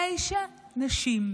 תשע נשים,